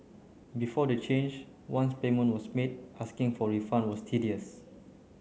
before the change once payment was made asking for a refund was tedious